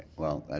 well,